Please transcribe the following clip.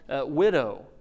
widow